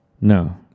No